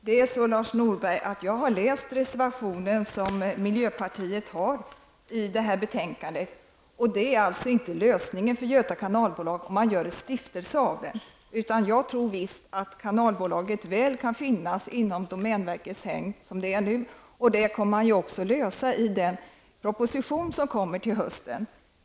Herr talman! Jag har läst reservationen från miljöpartiet, men jag anser att det inte är någon bra lösning för kanalbolaget att göra en stiftelse av det. Jag tror att bolaget väl kan finnas inom domänverkets hägn, som det gör nu. Det får man också läsa i den proposition som kommer till hösten.